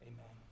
Amen